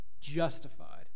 justified